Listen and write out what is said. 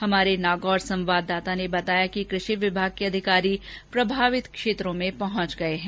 हमारे नागौर संवाददाता ने बताया कि कृषि विभाग के अधिकारी प्रभावित क्षेत्रों में पहुंच गए हैं